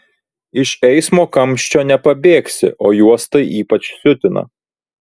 iš eismo kamščio nepabėgsi o juos tai ypač siutina